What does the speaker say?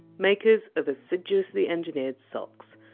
makers of assiduously engineered socks.